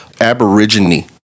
aborigine